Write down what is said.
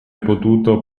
potuto